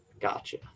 Gotcha